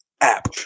app